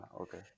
Okay